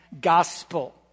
gospel